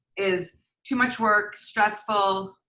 is too much work, stressful,